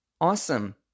Awesome